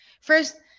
first